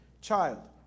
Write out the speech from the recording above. child